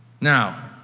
Now